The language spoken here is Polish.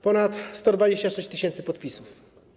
Ponad 126 tys. podpisów.